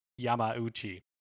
Yamauchi